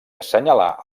assenyalar